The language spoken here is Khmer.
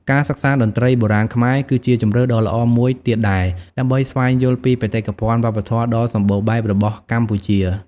ការសិក្សាតន្ត្រីបុរាណខ្មែរ គឺជាជម្រើសដ៏ល្អមួយទៀតដែរ ដើម្បីស្វែងយល់ពីបេតិកភណ្ឌវប្បធម៌ដ៏សម្បូរបែបរបស់កម្ពុជា។